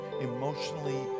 emotionally